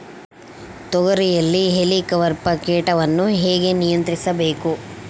ತೋಗರಿಯಲ್ಲಿ ಹೇಲಿಕವರ್ಪ ಕೇಟವನ್ನು ಹೇಗೆ ನಿಯಂತ್ರಿಸಬೇಕು?